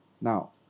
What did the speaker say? Now